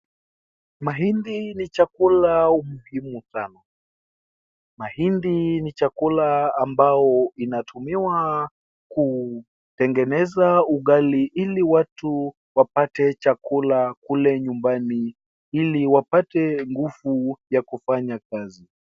Mahindi ni chakula muhimu sana mahindi ni chakula ambao inatumiwa kutengeneza ugali ili watu wapate chakula kule nyumbani ili wapate nguvu ya kufanya kazi.